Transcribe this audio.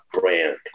brand